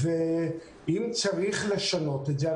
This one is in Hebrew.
אם צריך לשנות את זה,